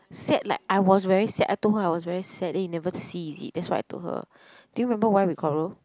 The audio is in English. sad like I was very sad I told her I was very sad then you never see is it that's what I told her do you remember why we quarrel